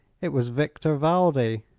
it was victor valdi,